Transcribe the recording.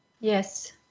Yes